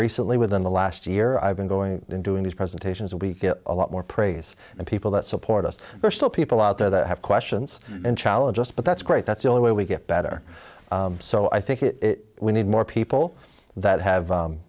recently within the last year i've been going in doing these presentations and we get a lot more praise and people that support us there are still people out there that have questions and challenges but that's great that's the way we get better so i think it we need more people that have